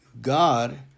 God